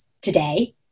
today